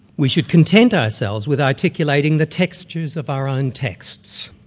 we should content ourselves with articulating the textures of our own texts.